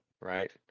right